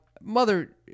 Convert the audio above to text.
Mother